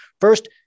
First